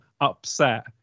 upset